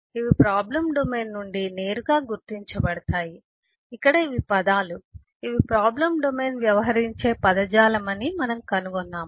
ఇవి problem domain నుండి నేరుగా గుర్తించబడతాయి ఇక్కడ ఇవి పదాలు ఇవి ప్రాబ్లం డొమైన్ వ్యవహరించే పదజాలం అని మనము కనుగొన్నాము